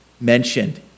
mentioned